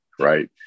right